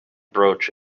broach